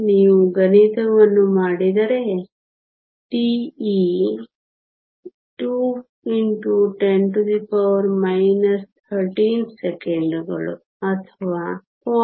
ನೀವು ಗಣಿತವನ್ನು ಮಾಡಿದರೆ τe 2 x 10 13 ಸೆಕೆಂಡುಗಳು ಅಥವಾ 0